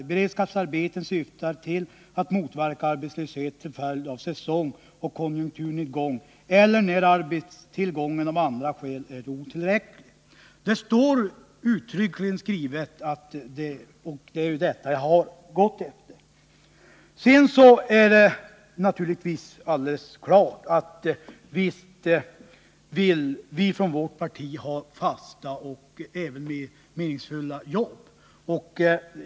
Beredskapsarbeten syftar till att motverka arbetslöshet till följd av säsongoch konjunkturnedgång eller när arbetstillgången av andra skäl är otillräcklig. Detta står alltså uttryckligen skrivet i budgetpropositionen, och det är det som jag har gått efter. Sedan är det naturligtvis alldeles klart att vi från vårt parti helst vill att alla skall ha fasta och meningsfulla jobb.